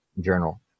journal